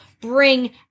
bring